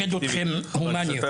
אני ילמד אתכם הומניזם.